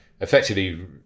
effectively